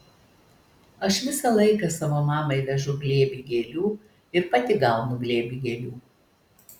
aš visą laiką savo mamai vežu glėbį gėlių ir pati gaunu glėbį gėlių